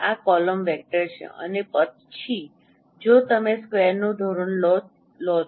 તેથી આ column vector અને પછી જો તમે સ્ક્વેરનું ધોરણ લો છે